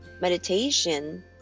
meditation